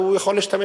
הוא יכול להשתמש